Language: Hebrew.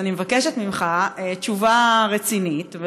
אז אני מבקשת ממך תשובה רצינית.